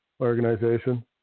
Organization